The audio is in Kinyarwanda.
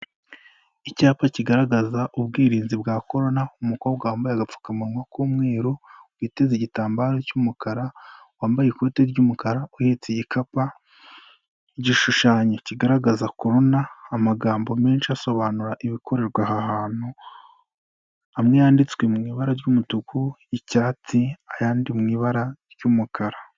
Icyapa kigaragaza ubwirinzi bwa Korona, umukobwa wambaye agapfukamunwa k'umweru, witeze igitambaro cy'umukara, wambaye ikoti ry'umukara, uhetse igikapu, igishushanyo kigaragaza Korona, amagambo menshi asobanura ibikorerwa ahantu, amwe yanditswe mu ibara ry'umutuku, icyatsi ayandi mu ibara ry'umukara.